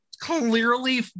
clearly